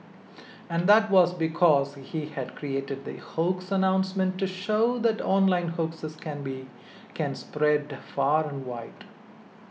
and that was because he had created the hoax announcement to show that online hoaxes can be spread far and wide